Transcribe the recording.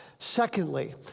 Secondly